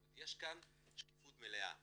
יש כאן שקיפות מלאה.